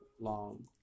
long